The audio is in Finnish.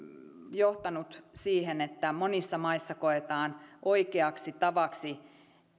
johtanut siihen että monissa maissa koetaan oikeaksi tavaksi